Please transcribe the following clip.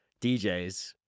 DJs